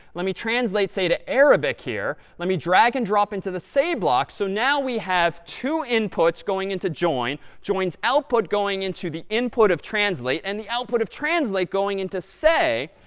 let me translate, say, to arabic here. let me drag and drop into the say block. so now we have two inputs going into join, join's output going into the input of translate, and the output of translate going into say.